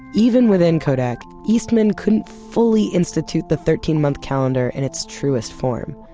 even within kodak, eastman couldn't fully institute the thirteen month calendar in its truest form.